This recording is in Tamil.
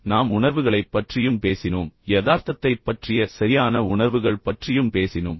பின்னர் நாம் உணர்வுகளைப் பற்றியும் பேசினோம் எனவே யதார்த்தத்தைப் பற்றிய சரியான உணர்வுகள் பற்றியும் பேசினோம்